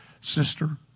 sister